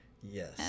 Yes